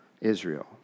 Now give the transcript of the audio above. Israel